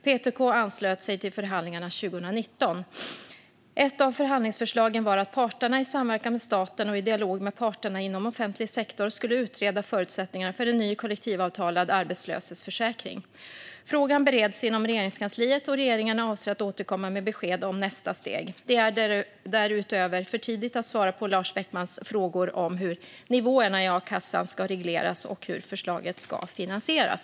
PTK anslöt sig till förhandlingarna 2019. Ett av förhandlingsförslagen var att parterna, i samverkan med staten och i dialog med parterna inom offentlig sektor, skulle utreda förutsättningarna för en ny kollektivavtalad arbetslöshetsförsäkring. Frågan bereds inom Regeringskansliet och regeringen avser att återkomma med besked om nästa steg. Det är därutöver för tidigt att svara på Lars Beckmans frågor om hur nivåerna i a-kassan ska regleras och hur förslaget ska finansieras.